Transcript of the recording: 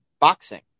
boxing